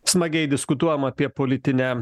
smagiai diskutuojam apie politinę